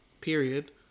period